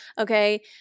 Okay